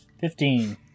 Fifteen